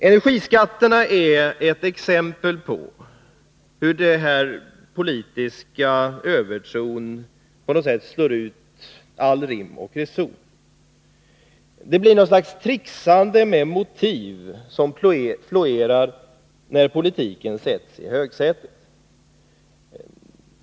Energiskatterna är ett exempel på hur den politiska övertron på något sätt så att säga slår ut all rim och reson. Ett slags tricksande med motiv florerar när politiken sätts i högsätet.